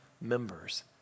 members